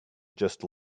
just